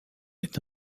est